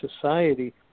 society